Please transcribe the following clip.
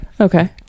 Okay